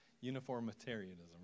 uniformitarianism